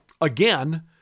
again